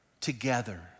together